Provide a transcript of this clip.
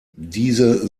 diese